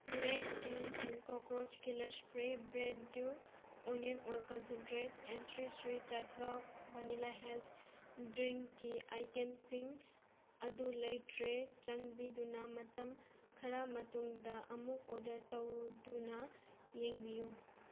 rate and and cockroach killer spray ꯕꯤꯌꯔꯗꯨ onion oil concentrate and Sri Sri Tattva vanilla health ꯗ꯭ꯔꯤꯡꯀꯤ ꯑꯥꯏꯇꯦꯝꯁꯤꯡ ꯑꯗꯨ ꯂꯩꯇ꯭ꯔꯦ ꯆꯥꯟꯕꯤꯗꯨꯅ ꯃꯇꯝ ꯈꯔ ꯃꯇꯨꯡꯗ ꯑꯃꯨꯛ ꯑꯣꯔꯗꯔ ꯇꯧꯗꯨꯅ ꯌꯦꯡꯕꯤꯌꯨ